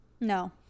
no